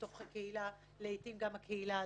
גם בתוך הקהילה הדתית.